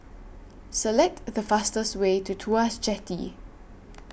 Select The fastest Way to Tuas Jetty